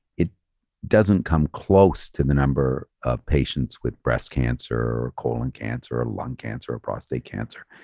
it doesn't come close to the number of patients with breast cancer or colon cancer or lung cancer or prostate cancer,